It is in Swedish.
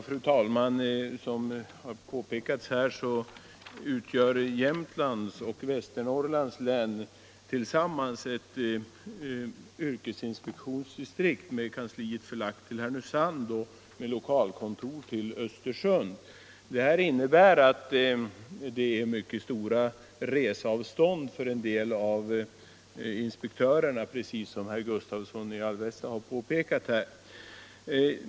Fru talman! Som tidigare påpekats utgör Jämtlands och Västernorrlands län tillsammans ett yrkesinspektionsdistrikt med kansliet förlagt till Härnösand och med ett lokalkontor i Östersund. Det innebär mycket stora rescavstånd för en del inspektörer, precis som herr Gustavsson i Alvesta anfört.